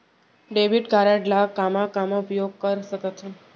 Debit card ला कामा कामा उपयोग कर सकथन?